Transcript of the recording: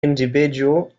individual